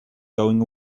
going